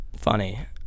Funny